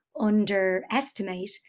underestimate